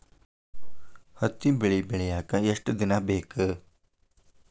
ಹತ್ತಿ ಬೆಳಿ ಬೆಳಿಯಾಕ್ ಎಷ್ಟ ದಿನ ಬೇಕ್?